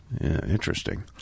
Interesting